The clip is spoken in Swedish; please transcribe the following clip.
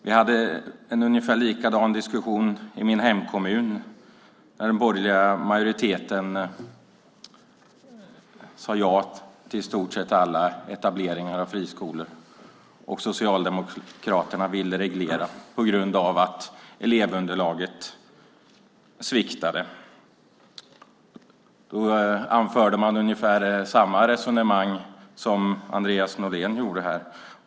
Vi hade en ungefär likadan diskussion i min hemkommun, där den borgerliga majoriteten sade ja till i stort sett alla etableringar av friskolor. Socialdemokraterna ville reglera på grund av att elevunderlaget sviktade. Då anförde man ungefär samma resonemang som Andreas Norlén gjorde här.